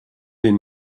den